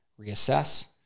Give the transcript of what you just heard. reassess